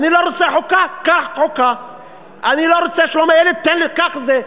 אני לא רוצה חוקה, קח חוקה.